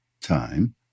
time